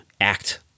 act